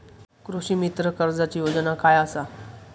कृषीमित्र कर्जाची योजना काय असा?